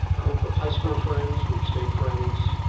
group of high school friends. we've stayed friends